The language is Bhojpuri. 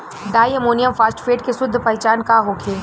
डाई अमोनियम फास्फेट के शुद्ध पहचान का होखे?